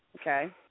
okay